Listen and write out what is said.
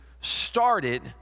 started